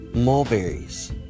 mulberries